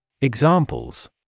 Examples